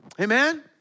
Amen